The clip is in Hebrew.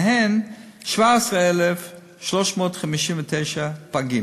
ומהן 17,359 לידות פגים,